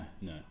no